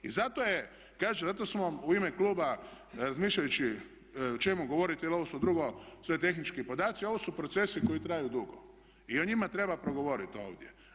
I zato je, kažem zato smo u ime kluba razmišljajući o čemu govorite, jer ovo su drugo sve tehnički podaci, ovo su procesi koji traju dugo i o njima treba progovoriti ovdje.